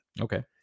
Okay